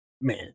man